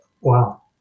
Wow